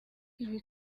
ibi